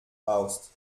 baust